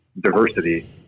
diversity